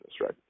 right